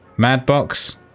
Madbox